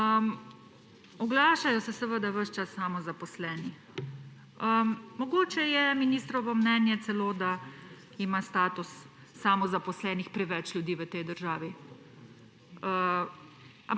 Oglašajo se ves čas samozaposleni. Mogoče je ministrovo mnenje celo, da ima status samozaposlenih preveč ljudi v tej državi.